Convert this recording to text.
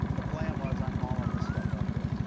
plan was, i'm hauling this stuff up here.